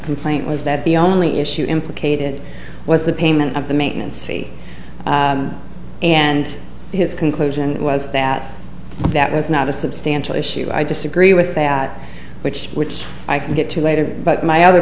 complaint was that the only issue implicated was the payment of the maintenance fee and his conclusion was that that was not a substantial issue i disagree with that which which i can get to later but my other